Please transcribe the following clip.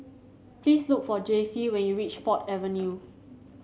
please look for Jacey when you reach Ford Avenue